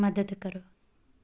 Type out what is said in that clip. ਮਦਦ ਕਰੋ